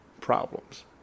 problems